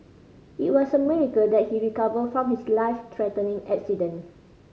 it was a miracle that he recovered from his life threatening accident